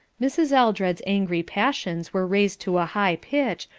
mrs. eldred's angry passions were raised to a high pitch,